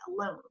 alone